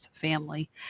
family